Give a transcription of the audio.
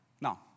Now